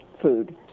food